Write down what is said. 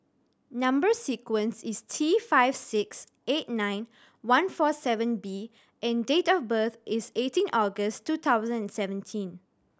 number sequence is T five six eight nine one four seven B and date of birth is eighteen August two thousand and seventeen